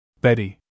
Betty